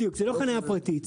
בדיוק, זה לא חניה פרטית.